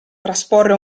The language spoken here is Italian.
trasporre